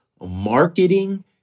marketing